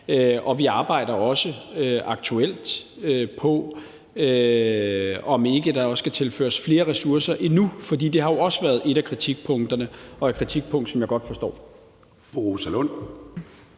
og vi arbejder også aktuelt på, om ikke der også skal tilføres endnu flere ressourcer. For det har jo også været et af kritikpunkterne, og det er et kritikpunkt, som jeg godt forstår.